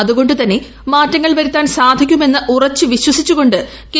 അതുകണ്ട് തന്നെ മാറ്റങ്ങൾ വരുത്താൻ സാധിക്കുമെന്ന് ഉറച്ച് വിശ്വസിച്ചുകൊണ്ട് കെ